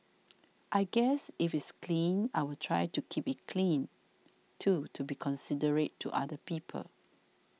I guess if it's clean I will try to keep it clean too to be considerate to other people